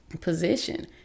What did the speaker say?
position